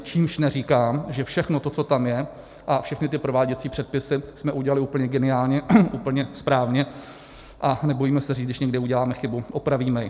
Čímž neříkám, že všechno to, co tam je, a všechny ty prováděcí předpisy jsme udělali úplně geniálně, úplně správně, a nebojíme se říct, když někde uděláme chybu, opravíme ji.